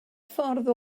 ffordd